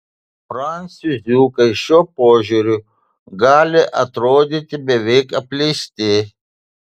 prancūziukai šiuo požiūriu gali atrodyti beveik apleisti